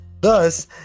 Thus